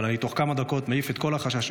אבל אני תוך כמה דקות מעיף את כל החששות,